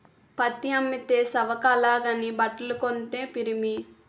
పత్తి అమ్మితే సవక అలాగని బట్టలు కొంతే పిరిమి